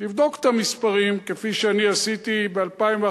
תבדוק את המספרים, כפי שאני עשיתי ב-2011.